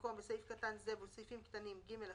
במקום "בסעיף קטן זה ובסעיפים קטנים (ג1),